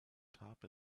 top